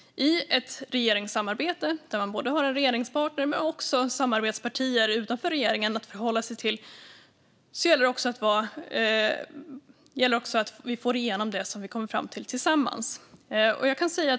I ett regeringssamarbete där man både har en regeringspartner och samarbetspartier utanför regeringen att förhålla sig till handlar det om att få igenom det vi kommer fram till tillsammans.